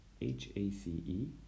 HACE